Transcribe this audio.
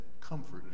comfort